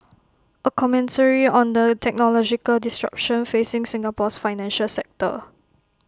A commentary on the technological disruption facing Singapore's financial sector